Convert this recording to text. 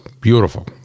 beautiful